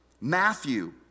Matthew